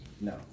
No